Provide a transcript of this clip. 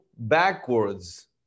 backwards